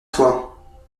toi